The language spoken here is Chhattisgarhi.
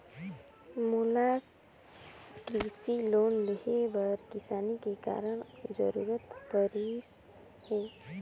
मोला कृसि लोन लेहे बर किसानी के कारण जरूरत परिस हे